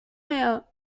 mehr